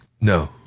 No